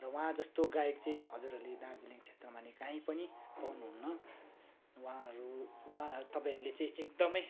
र उहाँ जस्तो गाइड चाहिँ हजुरहरूले दार्जिलिङ क्षेत्रमा नै कहीँ पनि पाउनु हुन्न उहाँहरू तपाईँहरूले चाहिँ एकदमै